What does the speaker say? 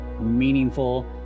meaningful